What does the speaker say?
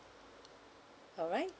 alright